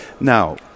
Now